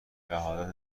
شهادت